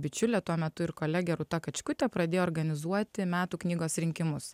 bičiulė tuo metu ir kolegė rūta kačkutė pradėjo organizuoti metų knygos rinkimus